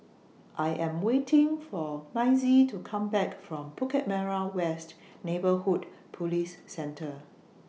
I Am waiting For Mazie to Come Back from Bukit Merah West Neighbourhood Police Centre